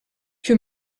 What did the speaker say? que